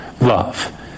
love